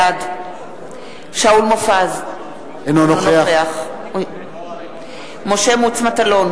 בעד שאול מופז, אינו נוכח משה מטלון,